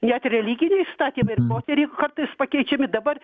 net religiniai įstatymai ir poteriai kartais pakeičiami dabar